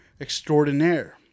extraordinaire